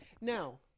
Now